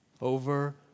over